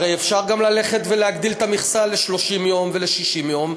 הרי אפשר גם ללכת ולהגדיל את המכסה ל-30 יום ול-60 יום,